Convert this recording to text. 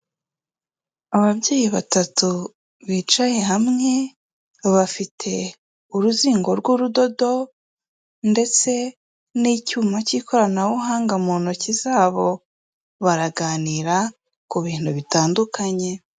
Ababyeyi batatu bicaye hamwe, bafite uruzingo rw'urudodo ndetse n'icyuma cy'ikoranabuhanga mu ntoki zabo, baraganira ku bintu bitandukanye.